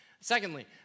Secondly